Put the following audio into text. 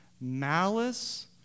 Malice